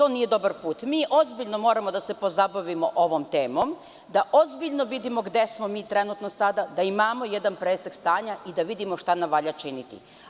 Ozbiljno moramo da se pozabavimo ovom temom, da ozbiljno vidimo gde smo mi trenutno sada, da imamo jedan presek stanja i da vidimo šta nam valja činiti.